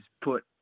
put